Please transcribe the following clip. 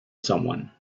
someone